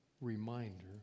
reminder